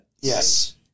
Yes